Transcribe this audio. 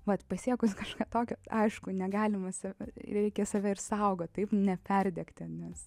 vat pasiekus kažką tokio aišku negalima sako reikia save ir saugot taip neperdegti nes